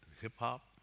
hip-hop